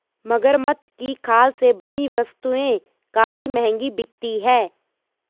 मगरमच्छ की खाल से बनी वस्तुएं काफी महंगी बिकती हैं